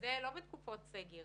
אני לא מדברת על תקופות סגר,